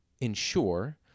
ensure